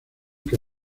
que